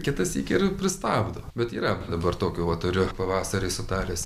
kitąsyk ir pristabdo bet yra dabar tokių va turiu pavasarį sutaręs